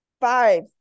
Five